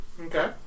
Okay